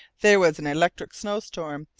there was an electric snowstorm,